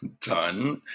done